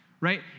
right